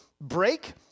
break